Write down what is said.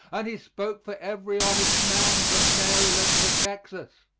and he spoke for every honest man from maryland to texas.